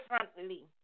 differently